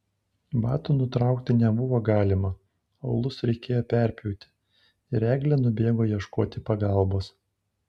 batų nutraukti nebuvo galima aulus reikėjo perpjauti ir eglė nubėgo ieškoti pagalbos